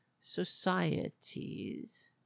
societies